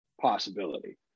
possibility